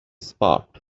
spot